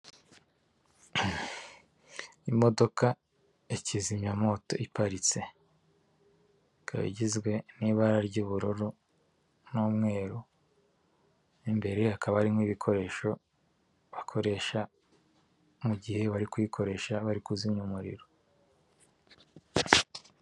Imodoka ya kizimyamuto iparitse ikaba igizwe n'ibara ry'ubururu n'umweru, mu imbere hakaba harimo ibikoresho bakoresha mu gihe bari kuyikoresha bari kuzimya umuriro.